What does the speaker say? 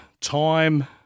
time